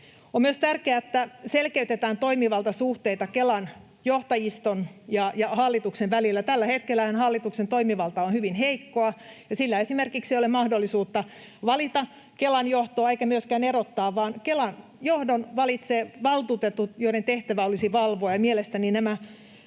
On myös tärkeää, että selkeytetään toimivaltasuhteita Kelan johtajiston ja hallituksen välillä. Tällä hetkellähän hallituksen toimivalta on hyvin heikkoa, ja sillä esimerkiksi ei ole mahdollisuutta valita Kelan johtoa eikä myöskään erottaa, vaan Kelan johdon valitsevat valtuutetut, joiden tehtävä olisi valvoa. Mielestäni nämä